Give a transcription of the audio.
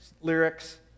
lyrics